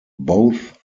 both